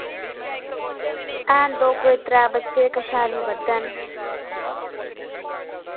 हैन दो कोई त्रै बच्चे जेह्के शैल नेईं पढ़दे हैन